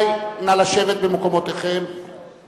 נא לשבת, רבותי.